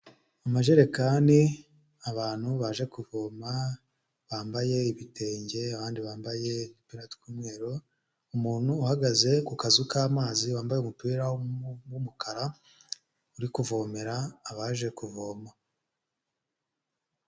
Amajerekani abantu baje kuvoma, bambaye ibitenge, abandi bambaye udupira tw'umweru, umuntu uhagaze ku kazu k'amazi wambaye umupira w'umukara, uri kuvomera abaje kuvoma.